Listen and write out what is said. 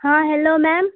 ہاں ہیلو میم